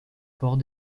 bord